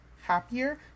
happier